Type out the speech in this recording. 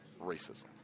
racism